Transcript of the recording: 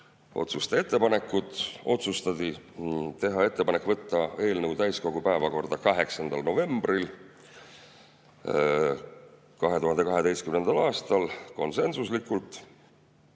ettepanekud. Otsustati teha ettepanek võtta eelnõu täiskogu päevakorda 8. novembril 20[2]2. aastal (konsensuslikult).